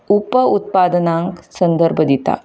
उपउत्पादनांक संदर्भ दिता